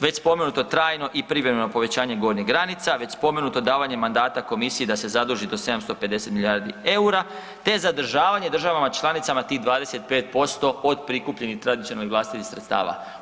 Već spomenuto trajno i privremeno povećanje gornjih granica, već spomenuto davanje mandata Komsiji da se zaduži do 750 milijardi eura te zadržavanje državama članicama tih 25% od prikupljenih tradicionalnih vlastitih sredstava.